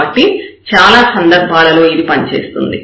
కాబట్టి చాలా సందర్భాలలో ఇది పనిచేస్తుంది